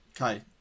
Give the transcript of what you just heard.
Okay